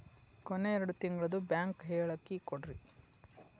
ಕೊನೆ ಎರಡು ತಿಂಗಳದು ಬ್ಯಾಂಕ್ ಹೇಳಕಿ ಕೊಡ್ರಿ